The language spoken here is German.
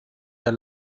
der